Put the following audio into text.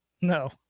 No